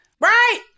Right